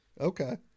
Okay